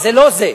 אז זה לא זה.